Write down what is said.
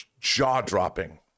jaw-dropping